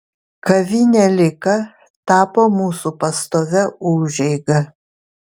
kavinė lika tapo mūsų pastovia užeiga